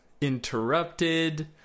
interrupted